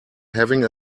having